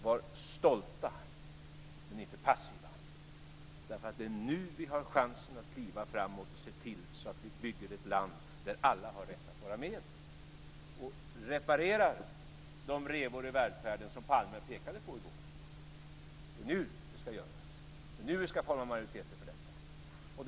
Var stolta, men inte passiva! Det är nu vi har chansen att kliva framåt och se till att vi bygger ett land där alla har rätt att vara med, och att reparera de revor i välfärden som Palme pekade på i går. Det är nu det ska göras. Det är nu vi ska forma majoriteter för detta.